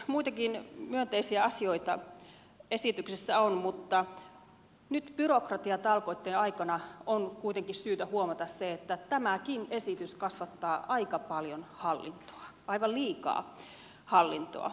muitakin myönteisiä asioita esityksessä on mutta nyt byrokratiatalkoitten aikana on kuitenkin syytä huomata se että tämäkin esitys kasvattaa aika paljon hallintoa aivan liikaa hallintoa